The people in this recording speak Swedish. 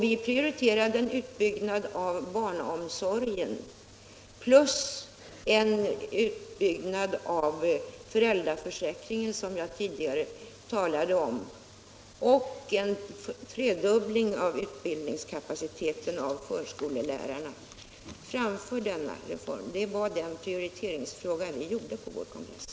Vi prioriterar en utbyggnad av barnomsorgen plus den utbyggnad av föräldraförsäkringen som jag tidigare talade om och en tredubbling av utbildningskapaciteten av förskollärarna framför denna reform. Detta var den prioritering som vi gjorde på vår kongress.